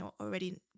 already